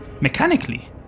mechanically